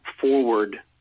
forward